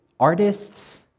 Artists